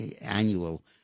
Annual